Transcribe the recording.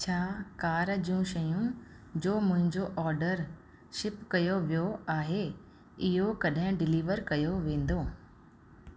छा कार जूं शयूं जो मुंहिंजो ऑडर शिप कयो वियो आहे इहो कॾहिं डिलीवर कयो वेंदो